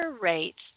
rates